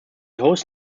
host